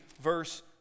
verse